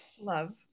Love